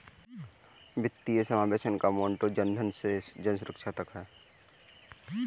वित्तीय समावेशन का मोटो जनधन से जनसुरक्षा तक है